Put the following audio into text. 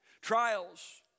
Trials